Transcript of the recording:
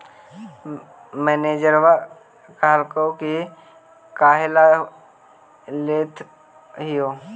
मैनेजरवा कहलको कि काहेला लेथ हहो?